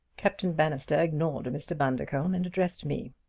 captain bannister ignored mr. bundercombe and addressed me.